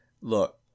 look